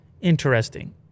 Interesting